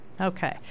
Okay